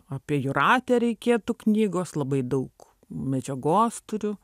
apie jūratę reikėtų knygos labai daug medžiagos turiu